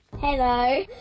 Hello